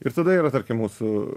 ir tada yra tarkim mūsų